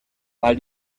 weil